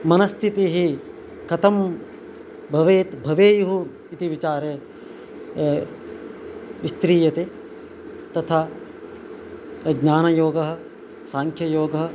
मनस्थितिः कथं भवेत् भवेयुः इति विचारे विस्त्रीयते तथा ज्ञानयोगः साङ्ख्ययोगः